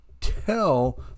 tell